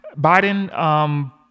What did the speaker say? Biden